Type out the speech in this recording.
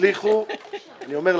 אני אומר,